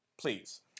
Please